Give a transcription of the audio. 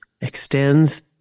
extends